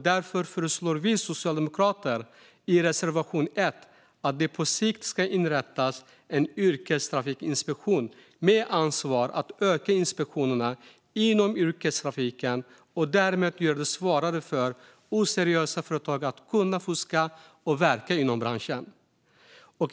Därför föreslår vi socialdemokrater i reservation 1 att det på sikt ska inrättas en yrkestrafikinspektion med ansvar att öka inspektionerna inom yrkestrafiken och därmed göra det svårare för oseriösa företag att fuska och verka inom branschen.